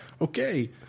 Okay